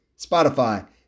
Spotify